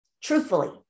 truthfully